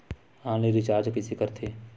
Online recharge कइसे करथे?